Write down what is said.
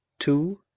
Two